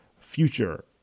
future